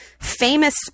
famous